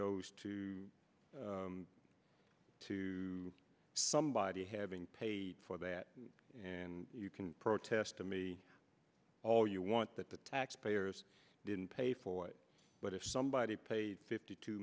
goes to to somebody having paid for that and you can protest to me all you want that the taxpayers didn't pay for it but if somebody paid fifty two